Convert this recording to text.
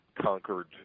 conquered